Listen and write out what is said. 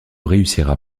réussira